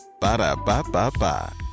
Ba-da-ba-ba-ba